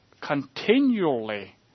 continually